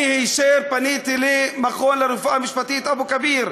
אני ישר פניתי למכון לרפואה משפטית אבו-כביר,